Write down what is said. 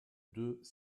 deux